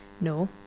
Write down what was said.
No